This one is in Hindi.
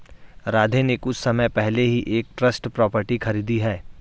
राधे ने कुछ समय पहले ही एक ट्रस्ट प्रॉपर्टी खरीदी है